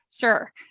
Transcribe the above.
Sure